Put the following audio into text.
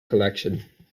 collection